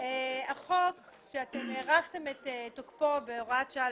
החוק שהארכתם את תוקפו בהוראת שעה